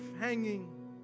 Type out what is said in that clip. hanging